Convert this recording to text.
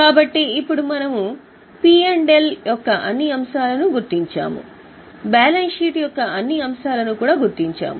కాబట్టి ఇప్పుడు మనము P మరియు L యొక్క అన్ని అంశాలను గుర్తించాము బ్యాలెన్స్ షీట్ యొక్క అన్ని అంశాలను కూడా గుర్తించాము